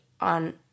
on